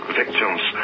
victims